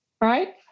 right